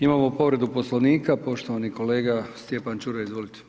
Imamo povredu Poslovnika, poštovani kolega Stjepan Čuraj, izvolite.